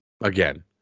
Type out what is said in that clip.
Again